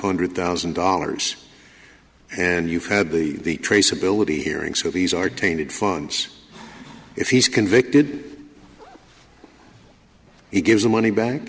hundred thousand dollars and you've had the traceability hearing so he's are tainted funds if he's convicted he gives the money back